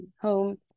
Home